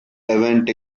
event